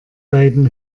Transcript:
beiden